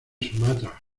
sumatra